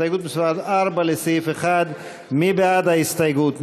הסתייגות מס' 4 לסעיף 1. מי בעד ההסתייגות?